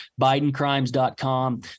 bidencrimes.com